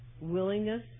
Willingness